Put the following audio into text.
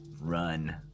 run